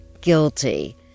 guilty